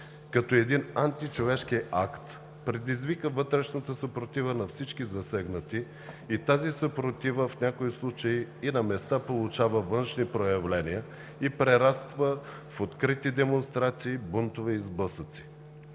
като един античовешки акт, предизвика вътрешната съпротива на всички засегнати. Тази съпротива в някои случаи на места получава външни проявления и прераства в открити демонстрации, бунтове и сблъсъци.